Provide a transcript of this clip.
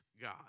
God